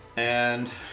and